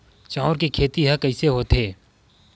चांउर के खेती ह कइसे होथे?